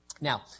Now